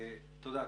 תודה.